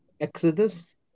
Exodus